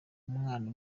umwana